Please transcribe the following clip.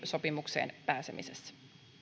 sopimukseen pääsemisessä